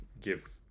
give